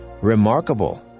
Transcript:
remarkable